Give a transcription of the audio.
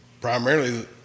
primarily